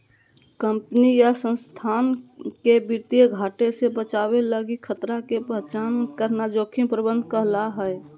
company या संस्थान के वित्तीय घाटे से बचावे लगी खतरा के पहचान करना जोखिम प्रबंधन कहला हय